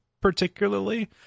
particularly